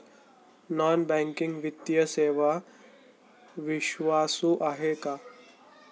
Non banking वित्तीय सेवा विश्वासू आहेत का?